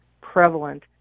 prevalent